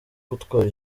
gutwara